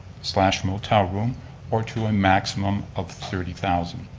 slash motel room or to a maximum of thirty thousand,